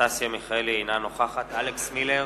אלכס מילר,